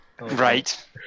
Right